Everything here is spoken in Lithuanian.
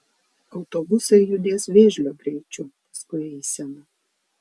autobusai judės vėžlio greičiu paskui eiseną